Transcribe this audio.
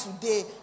today